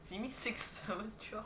simi six seven twelve